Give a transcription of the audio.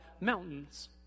mountains